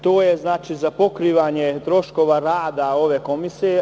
To je za pokrivanje troškova rada ove komisije.